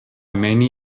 many